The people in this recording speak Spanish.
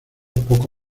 poco